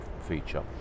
feature